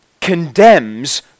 condemns